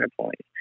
points